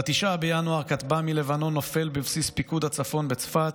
ב-9 בינואר נופל כטב"מ מלבנון בבסיס פיקוד הצפון בצפת,